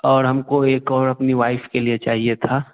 और हमको एक और अपनी वाइफ़ के लिए चाहिए था